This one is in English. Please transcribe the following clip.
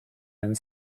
and